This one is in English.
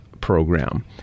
program